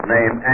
Name